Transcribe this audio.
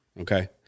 Okay